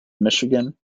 michigan